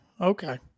Okay